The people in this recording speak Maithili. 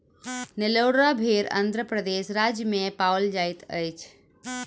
नेल्लोर भेड़ आंध्र प्रदेश राज्य में पाओल जाइत अछि